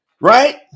Right